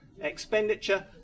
expenditure